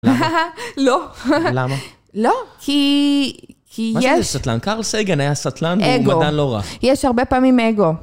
למה? לא. למה? לא, כי... כי יש... מה שהיה סטטלן קארל סייגן? היה סטטלן והוא מדען לא רע. אגו. יש הרבה פעמים אגו.